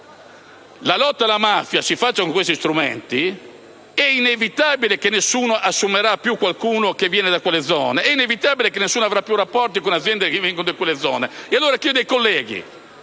Nord la lotta alla mafia si faccia con questi strumenti, è inevitabile che nessuno assumerà più qualcuno che viene da quelle zone, è inevitabile che nessuno avrà più rapporti con aziende che vengono da quelle zone. Chiedo ai colleghi: